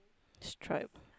stripe